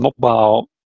mobile